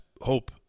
hope